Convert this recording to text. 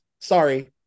Sorry